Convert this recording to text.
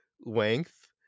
length